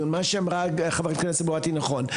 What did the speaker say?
מה שאמרה חברת הכנסת מואטי זה נכון,